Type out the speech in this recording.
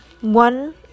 one